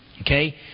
Okay